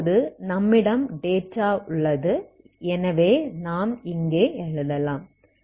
இப்போது நம்மிடம் டேட்டா உள்ளது எனவே நாம் இங்கே எழுதலாம்